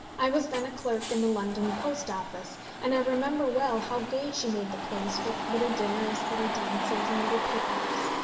i was then a clerk in the london post office, and i remember well how gay she made the place with little dinners, little dances, and little picnics,